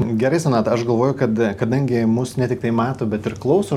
gerai sonata aš galvoju kad kadangi mus ne tiktai mato bet ir klauso